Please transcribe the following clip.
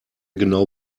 genau